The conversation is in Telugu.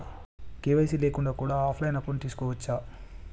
కే.వై.సీ లేకుండా కూడా ఆఫ్ లైన్ అకౌంట్ తీసుకోవచ్చా?